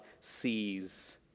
sees